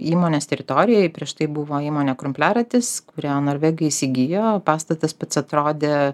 įmonės teritorijoj prieš tai buvo įmonė krumpliaratis kurią norvegai įsigijo pastatas pats atrodė